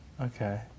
okay